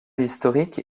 historique